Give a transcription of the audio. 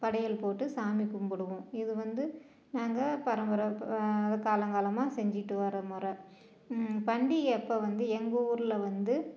படையல் போட்டு சாமி கும்பிடுவோம் இது வந்து நாங்கள் பரம்பரை அது காலம் காலமாக செஞ்சிகிட்டு வர்ற முற பண்டிகை அப்போ வந்து எங்கள் ஊரில் வந்து